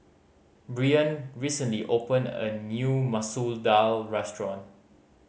Bryon recently opened a new Masoor Dal restaurant